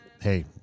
hey